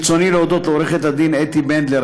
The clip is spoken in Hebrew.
ברצוני להודות לעורכת הדין אתי בנדלר,